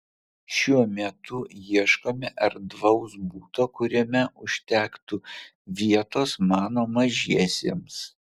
šiuo metu ieškome erdvaus buto kuriame užtektų vietos mano mažiesiems